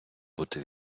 бути